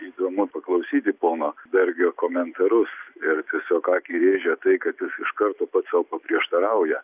įdomu paklausyti pono dargio komentarus ir tiesiog akį rėžia tai kad jis iš karto pats sau paprieštarauja